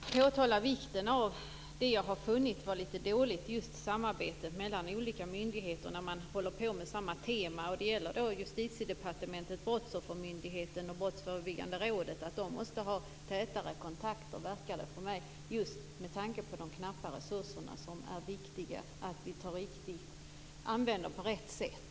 Fru talman! Jag vill bara påtala vikten av det som jag har funnit vara litet dåligt, nämligen samarbetet mellan olika myndigheter när man håller på med samma tema. Det gäller Justitiedepartementet, Brottsoffermyndigheten och Brottsförebyggande rådet. Det verkar för mig som om de måste ha tätare kontakter just med tanke på de knappa resurserna. Det är viktigt att vi använder dem på rätt sätt.